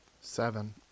Seven